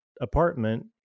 apartment